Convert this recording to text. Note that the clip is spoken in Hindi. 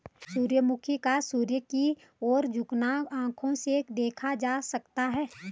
सूर्यमुखी का सूर्य की ओर झुकना आंखों से देखा जा सकता है